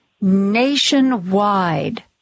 nationwide